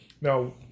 Now